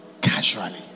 casually